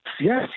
Yes